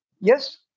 Yes